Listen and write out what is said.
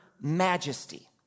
majesty